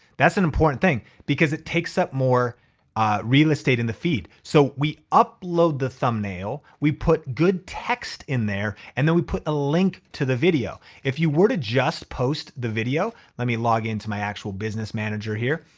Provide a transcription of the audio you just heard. that's an important thing because it takes up more real estate in the feed. so we upload the thumbnail, we put good text in there, and then we put a link to the video. if you were to just post the video, let me log in to my actual business manager here.